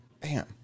Bam